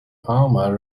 alma